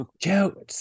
Joe